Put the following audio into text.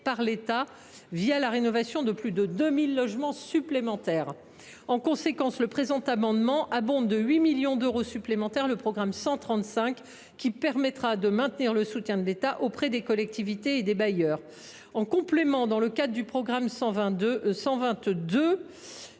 par l’État, la rénovation de plus de 2 000 logements supplémentaires. En conséquence, cet amendement a pour objet d’abonder de 8 millions d’euros supplémentaires le programme 135, qui permettra de maintenir le soutien de l’État auprès des collectivités et des bailleurs. Dans le cadre du programme 112